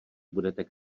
budete